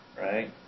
Right